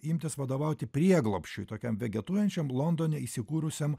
imtis vadovauti prieglobsčiui tokiam vegetuojančiam londone įsikūrusiam